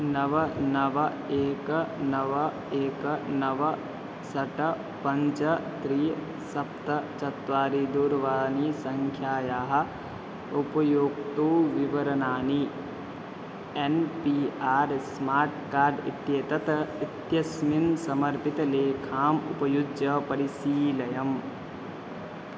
नव नव एकं नव एकं नव षट् पञ्च त्रीणि सप्त चत्वारि दूरवाणीसङ्ख्यायाः उपयोक्तुः विवरणानि N P R smart card इत्येतत् इत्यस्मिन् समर्पितलेखाम् उपयुज्य परिशीलय